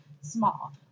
small